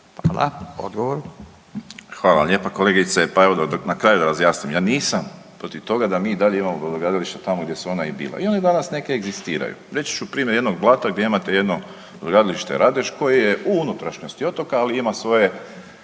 Hvala vam lijepa kolegice. Pa evo na kraju da razjasnim, ja nisam protiv toga da mi i dalje imamo brodogradilišta tamo gdje su ona i bila i one danas neke i egzistiraju. Reći ću primjer jednog Blata gdje imate jedno brodogradilište Radeš koje je u unutrašnjosti otoka, ali ima svoje